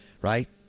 Right